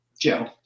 Joe